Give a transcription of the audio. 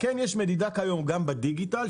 יש מדידה כיום גם בדיגיטל,